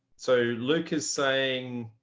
so luke is saying